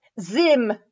Zim